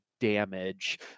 damage